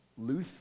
luther